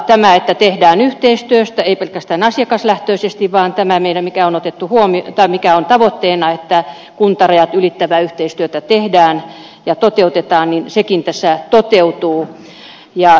tämäkin että tehdään yhteistyötä ei pelkästään asiakaslähtöisyys vaan tämä mikä on tavoitteena että kuntarajat ylittävää yhteistyötä tehdään ja toteutetaan tässä toteutuu